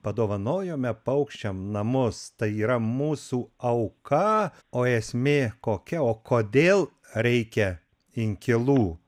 padovanojome paukščiam namus tai yra mūsų auka o esmė kokia o kodėl reikia inkilų